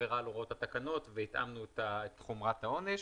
עבירה על הוראות התקנות והתאמנו את חומרת העונש.